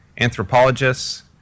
anthropologists